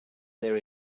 there